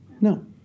No